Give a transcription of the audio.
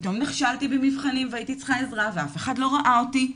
פתאום נכשלתי במבחנים והייתי צריכה עזרה ואף אחד לא ראה אותי.